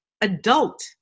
adult